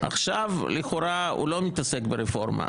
עכשיו, לכאורה, הוא לא מתעסק ברפורמה.